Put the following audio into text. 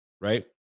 right